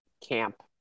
camp